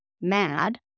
mad